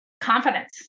Confidence